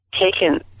taken